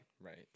Right